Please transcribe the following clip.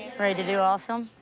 ready to do awesome?